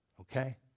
okay